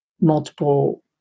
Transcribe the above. multiple